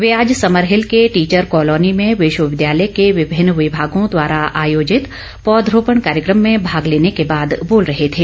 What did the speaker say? वे आज समरहिल के teacher colony में विश्वविद्यालय के विभिन्न विभागों द्वारा आयोजित पौधारोपण कार्यक्रम में भाग लेने के बाद बोल रहे थे